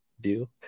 view